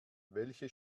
welche